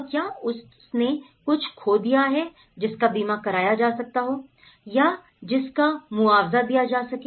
और क्या उसने कुछ खो दिया है जिसका बीमा कराया जा सकता हो या जिसका मुआवजा दिया जा सके